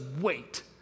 wait